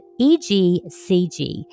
EGCG